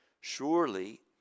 Surely